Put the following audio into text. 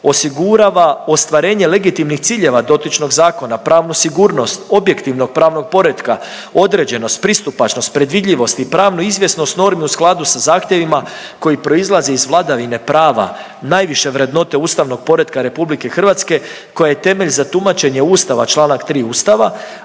osigurava ostvarenje legitimnih ciljeva dotičnog zakona, pravnu sigurnost objektivnog pravnog poretka, određenost, pristupačnost, predvidljivost i pravnu izvjesnost normi u skladu sa zahtjevima koji proizlaze iz vladavine prava najviše vrednote ustavnog poretka RH koja je temelj za tumačenje Ustava čl. 3. Ustava,